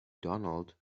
donald